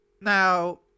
Now